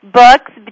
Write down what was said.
books